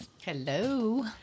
Hello